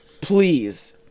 Please